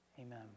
Amen